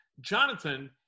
Jonathan